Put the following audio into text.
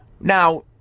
Now